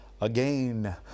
again